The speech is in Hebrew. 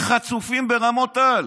חצופים ברמות על.